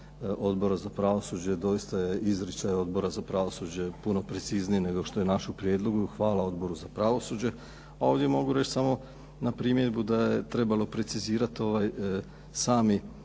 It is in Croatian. Odbora za pravosuđe. Doista je izričaj Odbora za pravosuđe puno precizniji nego što je naš u prijedlogu. Hvala Odboru za pravosuđe. A ovdje mogu reći samo na primjedbu da je trebalo precizirati ovaj